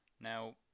Now